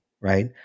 right